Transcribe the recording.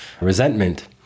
resentment